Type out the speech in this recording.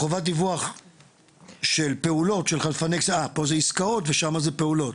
"חובת דיווח של פעולות של חלפני כספים" פה זה עסקאות ושמה זה פעולות,